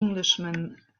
englishman